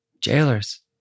jailers